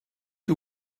que